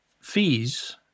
fees